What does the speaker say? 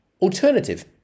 alternative